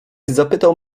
zapytał